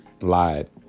lied